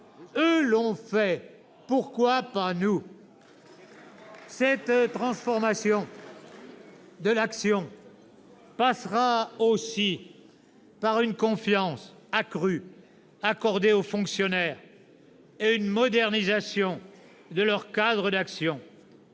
l'ont fait ... Pourquoi pas nous ?« Cette transformation de l'action passera aussi par une confiance accrue accordée aux fonctionnaires et une modernisation de leur cadre d'action.